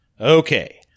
Okay